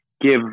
give